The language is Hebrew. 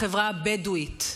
החברה הבדואית,